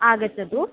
आगच्छतु